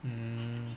mm